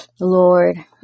lord